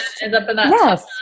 Yes